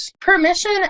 Permission